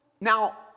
Now